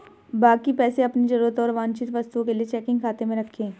बाकी पैसे अपनी जरूरत और वांछित वस्तुओं के लिए चेकिंग खाते में रखें